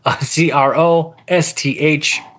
C-R-O-S-T-H-